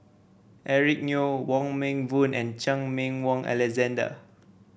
Eric Neo Wong Meng Voon and Chan Meng Wah Alexander